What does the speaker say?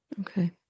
Okay